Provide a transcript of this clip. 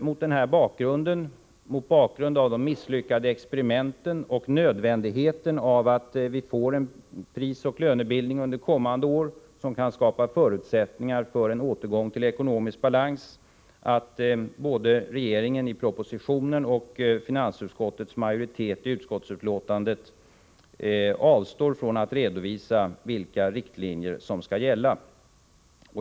Mot bakgrund av de misslyckade experimenten och nödvändigheten av att under kommande år få en prisoch lönebildning, som skapar förutsättningar för en återgång till ekonomisk balans, är det oroande att både regeringen i sin proposition och finansutskottets majoritet i utskottsbetänkandet avstår från att redovisa vilka riktlinjer som skall gälla.